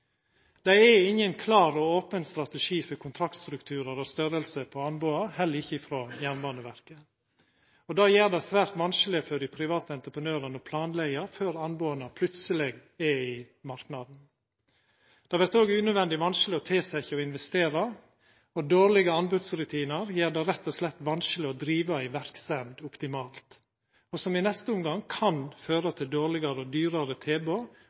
dei som tilbyr slike tenester. Tilbakemeldingane me får, tyder på at me ikkje er der heilt enno. Der er ingen klar og open strategi for kontraktstrukturar og storleik på anboda, heller ikkje frå Jernbaneverket. Det gjer det svært vanskeleg for dei private entreprenørane å planleggja før anboda plutseleg er i marknaden. Det vert òg unødvendig vanskeleg å tilsetja og investera, og dårlege anbodsrutinar gjer det rett og slett vanskeleg å driva ei verksemd optimalt – noko som i neste omgang kan